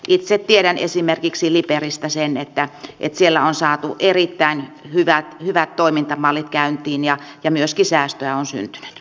itse tiedän esimerkiksi liperistä sen että siellä on saatu erittäin hyvät toimintamallit käyntiin ja myöskin säästöä on syntynyt